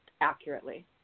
accurately